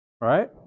Right